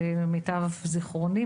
למיטב זכרוני.